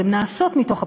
הן נעשות מתוך הפריפריה.